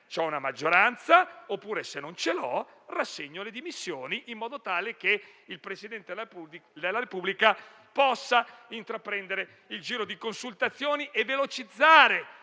ha una maggioranza, oppure, se non ce l'ha, a rassegnare le dimissioni, in modo tale che il Presidente della Repubblica possa intraprendere il giro di consultazioni e velocizzare